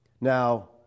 Now